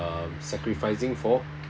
um sacrificing for